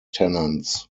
tenants